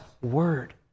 word